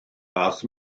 aeth